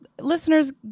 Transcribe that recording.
Listeners